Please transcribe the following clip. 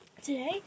today